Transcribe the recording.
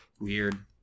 weird